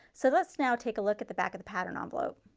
so let's now take a look at the back of the pattern envelope.